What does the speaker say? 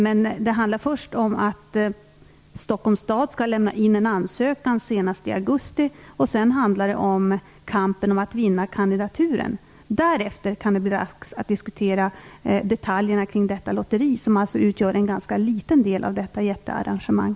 Men det handlar först om att Stockholms stad skall lämna in en ansökan senast i augusti. Sedan gäller det kampen om att vinna kandidaturen. Därefter kan det bli dags att diskutera detaljerna kring detta lotteri, som alltså utgör en ganska liten del av detta jättearrangemang.